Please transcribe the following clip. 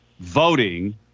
voting